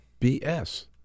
BS